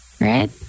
right